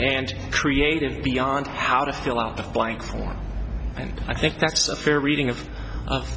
and creative beyond how to fill out the blanks and i think that's a fair reading of